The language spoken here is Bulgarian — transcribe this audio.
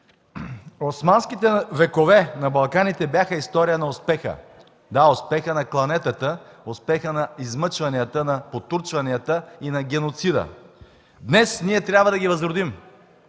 „Османските векове на Балканите бяха история на успеха.” Да, успеха на кланетата, успеха на измъчванията, на потурчванията и на геноцида. „Днес ние трябва да ги възродим”